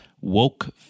woke